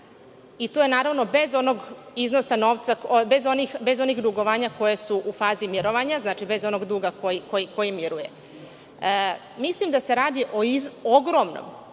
i to naravno bez onog iznosa novca, bez onih dugovanja koje su u fazi mirovanja, znači, bez duga koji miruje. Mislim da se radi o ogromnom